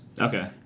Okay